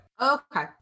okay